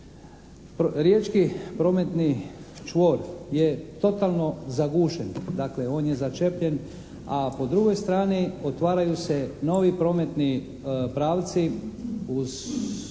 Riječki prometni čvor je totalno zagušen. Dakle, on je začepljen a po drugoj strani otvaraju se novi prometni pravci uz